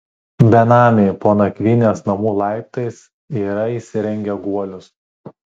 benamiai po nakvynės namų laiptais yra įsirengę guolius